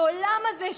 בעולם הזה,